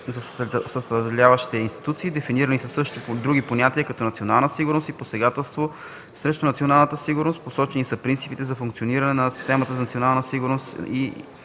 на съставящите я институции. Дефинирани са също други понятия като „национална сигурност” и „посегателство срещу националната сигурност”. Посочени са принципите за функциониране на системата за Националната сигурност